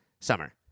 Summer